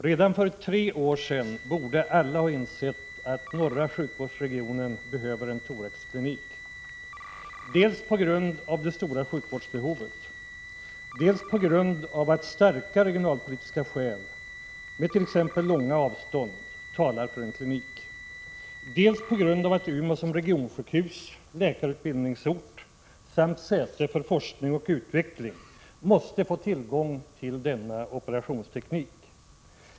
Redan för tre år sedan borde alla ha insett att norra sjukvårdsregionen behöver en thoraxklinik: — dels på grund av det stora sjukvårdsbehovet, — dels på grund av att starka regionalpolitiska skäl — t.ex. långa avstånd — talar för en klinik, —- dels på grund av att Umeå som regionsjukhus, läkarutbildningsort samt säte för forskning och utveckling måste få tillgång till denna operationsteknik.